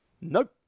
Nope